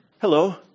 hello